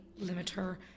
limiter